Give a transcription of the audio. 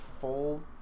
full